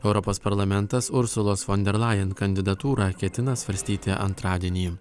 europos parlamentas ursulos fon der lajen kandidatūrą ketina svarstyti antradienį